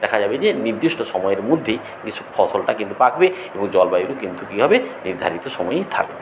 দেখা যাবে যে নির্দিষ্ট সময়ের মধ্যে গ্রিষ্মের ফসলটা কিন্তু পাকবে এবং জলবায়ুতে কিন্তু কী হবে নির্ধারিত সময়েই থাকবে